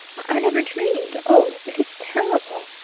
i never dreamed oh, it is terrible!